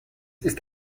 ist